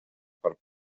per